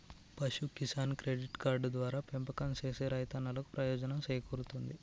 పశు Kisan credit card ద్వారా పెంపకం సేసే రైతన్నలకు ప్రయోజనం సేకూరుతుంది